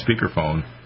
speakerphone